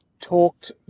talked